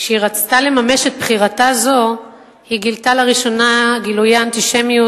כשהיא רצתה לממש את בחירתה זו היא גילתה לראשונה גילויי אנטישמיות.